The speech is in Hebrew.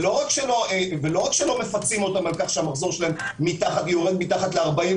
ולא רק שלא מפצים אותם על זה שהמחזור שלהם יורד מתחת ל-40,